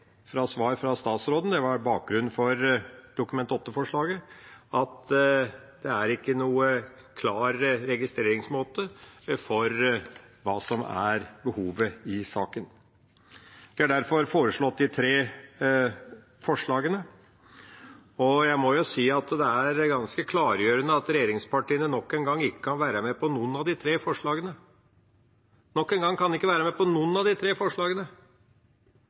fra statsråden – det var bakgrunnen for Dokument 8-forslaget – at det ikke er noen klar registreringsmåte for hva som er behovet i saken. Vi har derfor kommet med de tre forslagene, og jeg må si det er ganske klargjørende at regjeringspartiene nok en gang ikke kan være med på noen av de tre forslagene – nok en gang kan de ikke være med på noen av de tre forslagene.